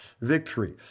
Victory